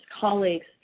colleagues